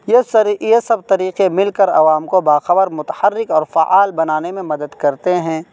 یس sir یہ سب طریقے مل کر عوام کو باخبر متحرک اور فعال بنانے میں مدد کرتے ہیں